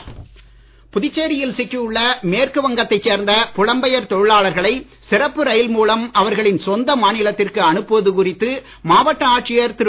தொழிலாளர் புதுச்சேரியில் சிக்கியுள்ள மேற்கு வங்கத்தைச் சேர்ந்த புலம்பெயர் தொழிலாளர்களை சிறப்பு ரயில் மூலம் அவர்களின் சொந்த மாநிலத்திற்கு அனுப்புவது குறித்து மாவட்ட ஆட்சியர் திரு